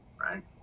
Right